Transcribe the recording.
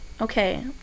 Okay